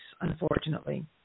unfortunately